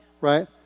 Right